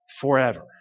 forever